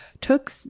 took